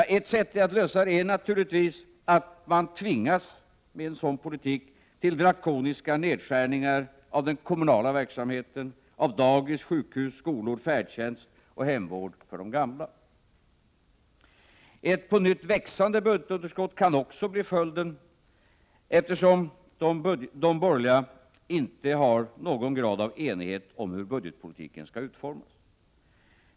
Det måste bli fråga om drakoniska nedskärningar i den kommunala verksamheten, av dagis, sjukhus, skolor, färdtjänst och hemvård för de gamla. Ett på nytt växande budgetunderskott kan också bli följden av den oenighet de borgerliga visar upp om hur budgetpolitiken skall utformas.